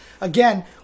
Again